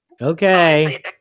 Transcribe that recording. Okay